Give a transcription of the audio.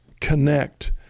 connect